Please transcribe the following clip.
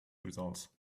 results